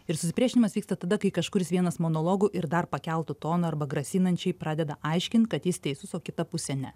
ir susipriešinimas vyksta tada kai kažkuris vienas monologu ir dar pakeltu tonu arba grasinančiai pradeda aiškint kad jis teisus o kita pusė ne